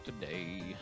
today